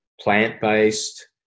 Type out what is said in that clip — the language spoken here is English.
plant-based